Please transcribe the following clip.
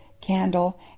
candle